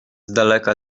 daleka